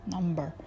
Number